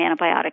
antibiotic